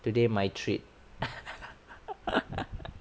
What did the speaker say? today my treat